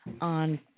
on